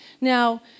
Now